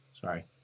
Sorry